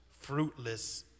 fruitless